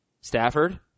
Stafford